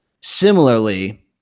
Similarly